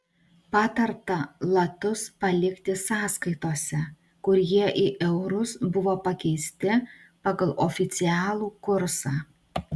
patarta latus palikti sąskaitose kur jie į eurus buvo pakeisti pagal oficialų kursą